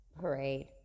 parade